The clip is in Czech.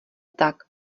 tak